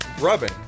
rubbing